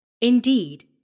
Indeed